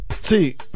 see